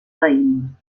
raïm